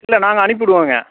இல்லை நாங்கள் அனுப்பி விடுவோங்க